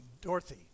Dorothy